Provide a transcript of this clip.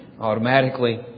automatically